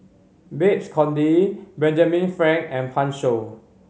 Babes Conde Benjamin Frank and Pan Shou